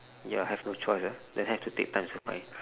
ya have no choice ah then have to take times